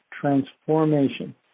transformation